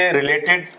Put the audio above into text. related